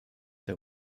der